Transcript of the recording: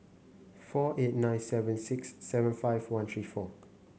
four eight nine seven six seven five one three four